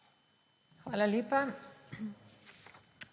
Hvala lepa.